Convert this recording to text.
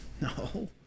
No